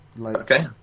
Okay